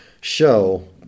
show